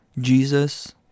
Jesus